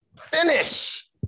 finish